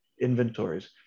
inventories